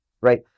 right